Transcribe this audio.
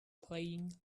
playing